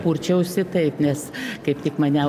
purčiausi taip nes kaip tik mane